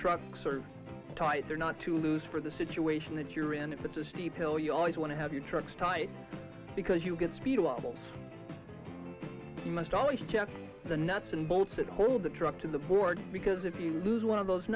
trucks are tight or not to lose for the situation that you're in it with the steep hill you always want to have your truck's tight because you get speed lable you must always check the nuts and bolts that hold the truck to the board because if you lose one of those